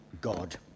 God